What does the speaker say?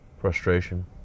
frustration